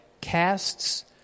casts